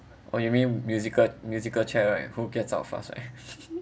oh you mean musical musical chair right who gets out fast right